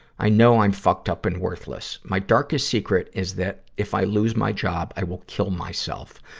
i know i'm fucked up and worthless. my darkest secret is that if i lose my job, i will kill myself.